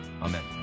Amen